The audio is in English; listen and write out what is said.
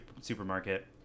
supermarket